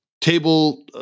table